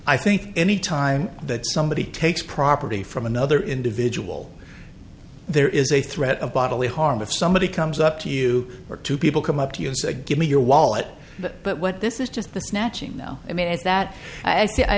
i think any time that somebody takes property from another individual there is a threat of bodily harm if somebody comes up to you or two people come up to us a give me your wallet but what this is just the snatching now i mean is that i